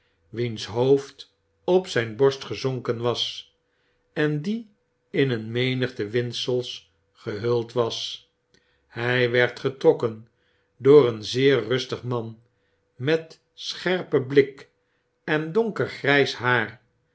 wiens hoofd op zijn borst gezonken was en die in een menigte windsels gehuld was hy werd getrokken door een zeer rustig man met sellerpen blik en donker grijs haar